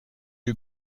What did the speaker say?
you